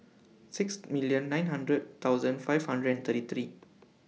six million nine hundred thousand five hundred and thirty three